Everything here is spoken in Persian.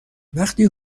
وقتی